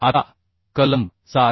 आता कलम 7